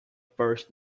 first